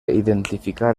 identificar